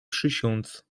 przysiąc